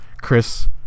Chris